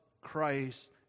Christ